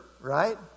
Right